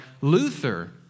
Luther